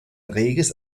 reges